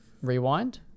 rewind